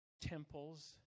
Temples